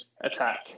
attack